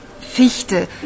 Fichte